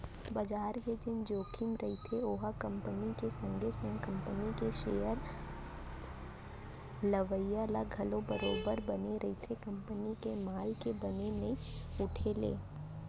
बजार के जेन जोखिम रहिथे ओहा कंपनी के संगे संग कंपनी के सेयर लेवइया ल घलौ बरोबर बने रहिथे कंपनी के माल के बने नइ उठे ले